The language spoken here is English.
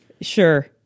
Sure